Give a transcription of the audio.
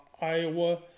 Iowa